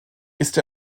ist